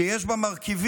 שיש בה מרכיבים